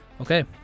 Okay